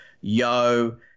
Yo